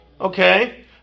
Okay